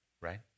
Right